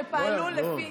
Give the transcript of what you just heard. שפעלו לפי,